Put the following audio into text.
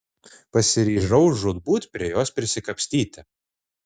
pasiryžau žūtbūt prie jos prisikapstyti